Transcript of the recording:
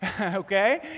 okay